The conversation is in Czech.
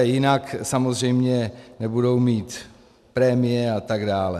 Jinak samozřejmě nebudou mít prémie a tak dále.